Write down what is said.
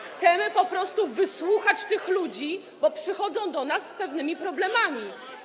Chcemy po prostu wysłuchać tych ludzi, bo przychodzą do nas z pewnymi problemami.